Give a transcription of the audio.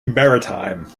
maritime